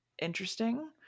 interesting